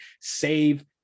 save